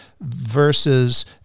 versus